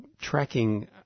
tracking